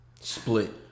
Split